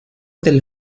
del